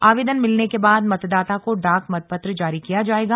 आवेदन मिलने के बाद मतदाता को डाक मतपत्र जारी किया जाएगा